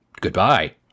Goodbye